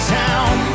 town